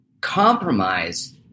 compromise